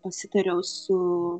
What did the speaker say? pasitariau su